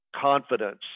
confidence